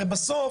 הרי בסוף